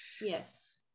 Yes